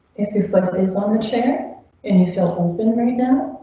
if if but it is on the chair and you feel open right now,